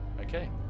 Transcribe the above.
Okay